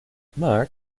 marc